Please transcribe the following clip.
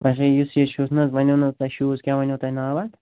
اَچھا یُس یہِ چھُس شوٗز حظ وَنٮ۪و نہَ حظ تۄہہِ شوٗز کیٛاہ ؤنٮ۪و تۄہہِ ناو اَتھ